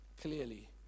clearly